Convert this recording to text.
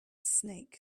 snake